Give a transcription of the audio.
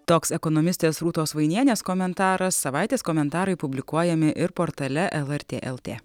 toks ekonomistės rūtos vainienės komentaras savaitės komentarai publikuojami ir portale lrt lt